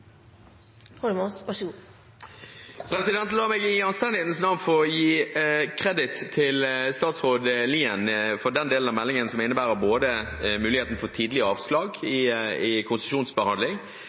La meg i anstendighetens navn få gi kreditt til statsråd Lien for den delen av meldingen som innebærer muligheten for tidlig avslag i